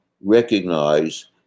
recognize